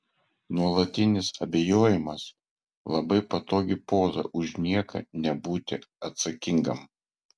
nuolatinis abejojimas labai patogi poza už nieką nebūti atsakingam